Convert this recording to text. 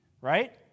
right